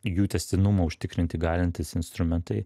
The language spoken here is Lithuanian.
jų tęstinumą užtikrinti galintys instrumentai